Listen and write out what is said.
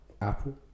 Apple